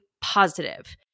positive